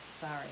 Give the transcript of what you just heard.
Sorry